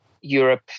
Europe